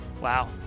Wow